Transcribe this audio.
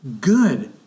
good